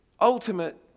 ultimate